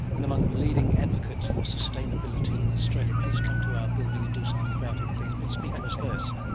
and among the leading advocates for sustainability in australia. please come to our building and do something about it please, but speak to us first!